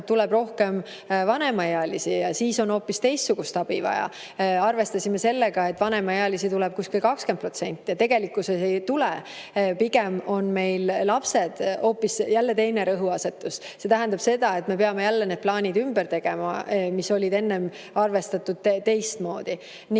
tuleb rohkem vanemaealisi ja siis on hoopis teistsugust abi vaja. Arvestasime sellega, et vanemaealisi tuleb kuskil 20%, aga tegelikkuses ei tule. Pigem on meil hoopis lapsed. Jälle teine rõhuasetus, see tähendab seda, et me peame jälle need plaanid ümber tegema, mis olid enne arvestatud teistmoodi.